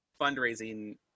fundraising